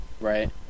Right